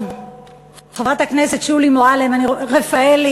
חברת הכנסת שולי מועלם-רפאלי,